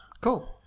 cool